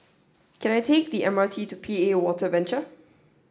can I take the MRT to P A Water Venture